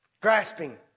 Grasping